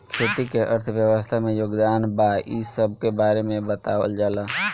खेती के अर्थव्यवस्था में योगदान बा इ सबके बारे में बतावल जाला